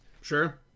Sure